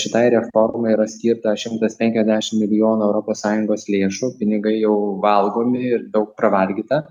šitai reformai yra skirta šimtas penkiasdešim milijonų europos sąjungos lėšų pinigai jau valgomi ir daug pravalgyta